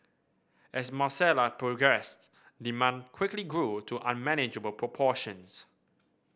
as Marcella progressed demand quickly grew to unmanageable proportions